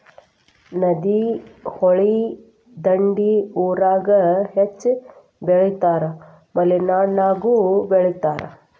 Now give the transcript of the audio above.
ನದಿ, ಹೊಳಿ ದಂಡಿ ಊರಾಗ ಹೆಚ್ಚ ಬೆಳಿತಾರ ಮಲೆನಾಡಾಗು ಬೆಳಿತಾರ